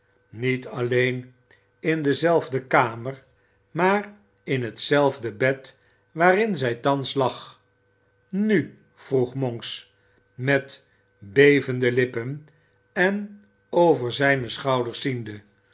niet alleen in dezelfde kamer maar in hetzelfde bed waarin zij thans lag nu vroeg monks met bevende lippen en over zijne schouders ziende